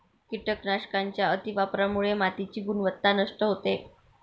कीटकनाशकांच्या अतिवापरामुळे मातीची गुणवत्ता नष्ट होते